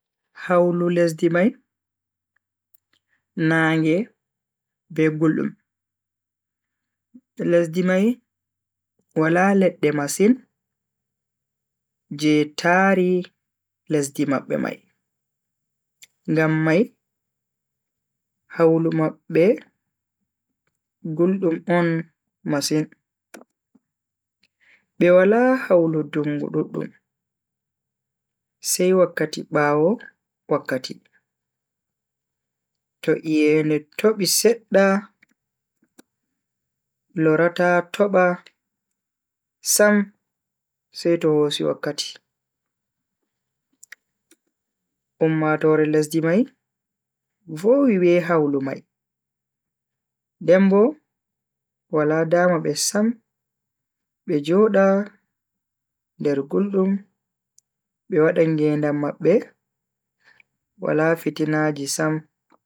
Hawlu lesdi mai Naage be guldum. lesdi mai wala ledde masin je taari lesdi mabbe mai, ngam mai hawlu mabbe guldum on masin. Be Wala hawlu dungu duddum sai wakkati bawo wakkati. to iyende tobi sedda lorata toba Sam seto hosi wakkati. ummatoore lesdi mai vowi be hawlu mai den Bo Wala dama be Sam be joda nder guldum be wada ngedam mabbe Wala fitinaji Sam.